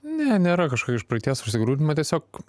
ne nėra kažkokio iš praeities užsigrūdinimo tiesiog